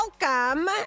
Welcome